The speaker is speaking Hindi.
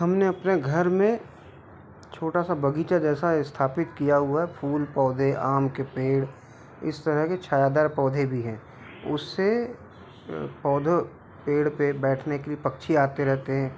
हमने अपने घर में छोटा सा बगीचा जैसा स्थापित किया हुआ है फूल पौधे आम के पेड़ इस तरह के छायादार पौधे भी हैं उससे पौधो पेड़ पर बैठने के लिए पक्षी आते रहते हैं